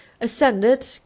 ascended